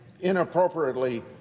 inappropriately